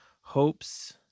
hopes